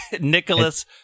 Nicholas